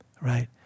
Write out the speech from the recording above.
Right